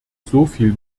soviel